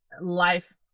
life